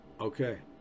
okay